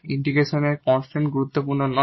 ইন্টিগ্রেশনের এই কন্সট্যান্ট গুরুত্বপূর্ণ নয়